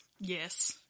Yes